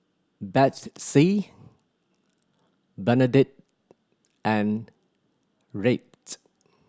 Bethzy Bernadette and Rhett